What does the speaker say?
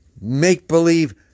make-believe